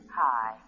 Hi